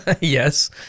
yes